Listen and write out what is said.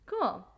cool